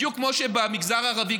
בדיוק כמו שבמגזר הערבי,